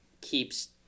keeps